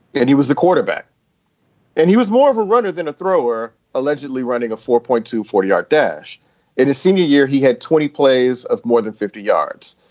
and he was the quarterback and he was more of a runner than a thrower allegedly running a four point two forty yard dash in his senior year. he had twenty plays of more than fifty yards,